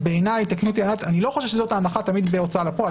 בעיניי ענת תתקן אותי - אני לא חושב שזאת תמיד ההנחה בהוצאה לפועל.